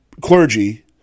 clergy